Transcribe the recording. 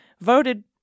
voted